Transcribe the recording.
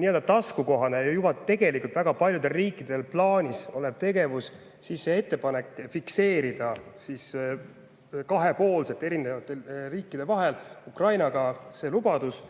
nii-öelda taskukohane ja juba tegelikult väga paljudel riikidel plaanis olev tegevus, siis see ettepanek, fikseerida selline eri riikide ja Ukraina vaheline lubadus,